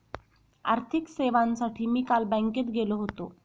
आर्थिक सेवांसाठी मी काल बँकेत गेलो होतो